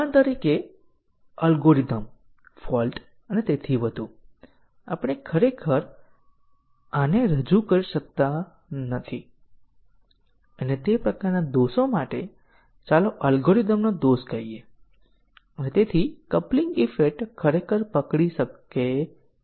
variable a ની વ્યાખ્યા statement 2 માં થાય છે અને વેરિયેબલ a સ્ટેટમેન્ટ 5 માં વપરાય છે